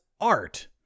art